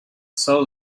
saw